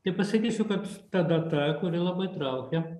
tai pasakysiu kad tada ta kuri labai traukia